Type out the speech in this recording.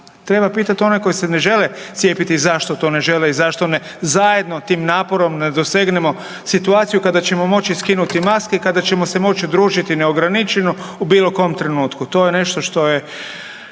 Treba pitati one koji se ne žele cijepiti zašto to ne žele i zašto ne zajedno tim naporom ne dosegnemo situaciju kada ćemo moći skinuti maske, kada ćemo se moći družiti neograničeno u bilo kom trenutku? To je nešto što je